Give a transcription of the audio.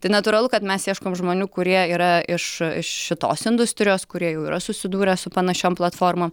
tai natūralu kad mes ieškom žmonių kurie yra iš iš šitos industrijos kurie jau yra susidūrę su panašiom platformom